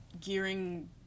gearing